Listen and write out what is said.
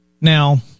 Now